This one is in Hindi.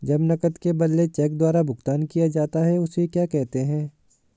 जब नकद के बदले चेक द्वारा भुगतान किया जाता हैं उसे क्या कहते है?